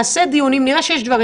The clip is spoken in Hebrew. אם נראה שיש דברים,